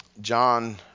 John